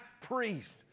priest